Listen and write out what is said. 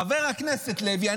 חבר הכנסת לוי,